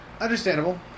Understandable